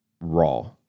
raw